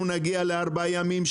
אנחנו נגיע לארבעה ימים,